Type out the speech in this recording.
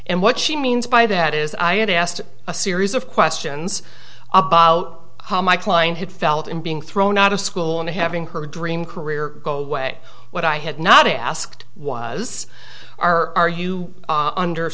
and what she means by that is i asked a series of questions about how my client had felt in being thrown out of school and having her dream career go away what i had not asked was are are you under